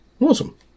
Awesome